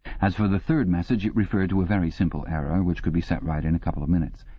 as for the third message, it referred to a very simple error which could be set right in a couple of minutes.